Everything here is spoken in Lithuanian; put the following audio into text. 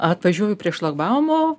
atvažiuoju prie šlagbaumo